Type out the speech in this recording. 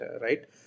right